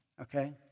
okay